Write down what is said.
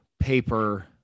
paper